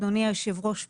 אדוני היושב ראש,